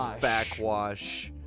Backwash